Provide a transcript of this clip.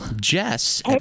Jess